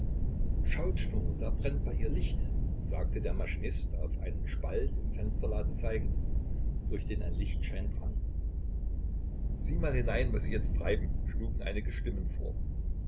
schaut nur da brennt bei ihr licht sagte der maschinist auf einen spalt im fensterladen zeigend durch den ein lichtschein drang sieh mal hinein was sie jetzt treiben schlugen einige stimmen vor